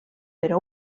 però